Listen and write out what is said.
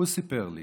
הוא סיפר לי